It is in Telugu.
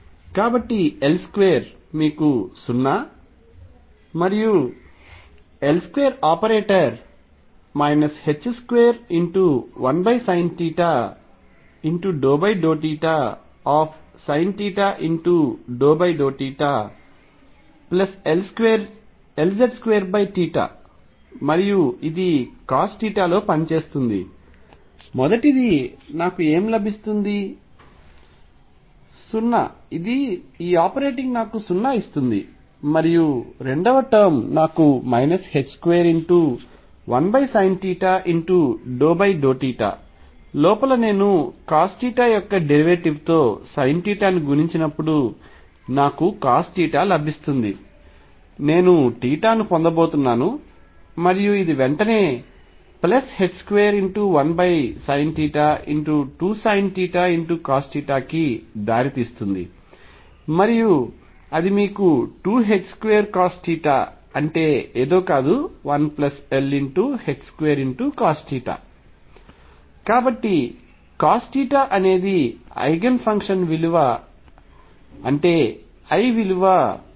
కాబట్టి L2 మీకు 0 మరియు L2 ఆపరేటర్ ℏ21sinθ∂θsinθ∂θLz2 మరియు ఇది cos θ లో పనిచేస్తుంది మొదటిది నాకు ఏమి లభిస్తుంది 0 ఈ ఆపరేటింగ్ నాకు 0 ఇస్తుంది మరియు రెండవ టర్మ్ నాకు ℏ21sinθ∂θ లోపల నేను cos θ యొక్క డెరివేటివ్ తో sinθ ను గుణించినప్పుడు నాకు cos θ లభిస్తుంది నేను ను పొందబోతున్నాను మరియు ఇది వెంటనే ℏ21sinθ2sinθcos θ కి దారితీస్తుంది మరియు అది మీకు 2ℏ2cos θ అంటే ఏదో కాదు 1l2cos θ కాబట్టి cos అనేది ఐగెన్ ఫంక్షన్ అంటే l విలువ 1